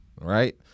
right